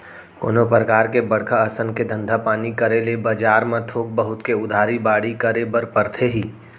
कोनो परकार के बड़का असन के धंधा पानी करे ले बजार म थोक बहुत के उधारी बाड़ही करे बर परथे ही